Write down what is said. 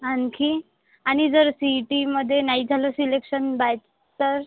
आणखी आणि जर सी ई टीमध्ये नाही झालं सिलेक्शन बाय तर